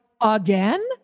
again